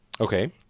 Okay